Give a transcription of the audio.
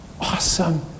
awesome